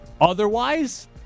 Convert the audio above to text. Otherwise